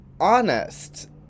honest